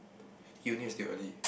you need to still early